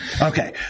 Okay